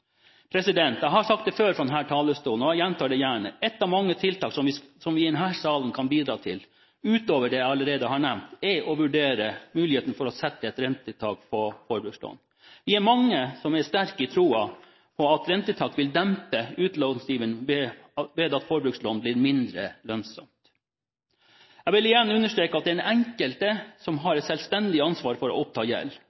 Jeg har sagt det før fra denne talerstolen, og jeg gjentar det gjerne: Ett av mange tiltak som vi i denne salen kan bidra til utover det jeg allerede har nevnt, er å vurdere muligheten for å sette et rentetak på forbrukslån. Vi er mange som er sterke i troen på at et rentetak vil dempe utlånsiveren ved at forbrukslån blir mindre lønnsomt. Jeg vil igjen understreke at den enkelte har et selvstendig ansvar for å oppta gjeld. Men det er